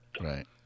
right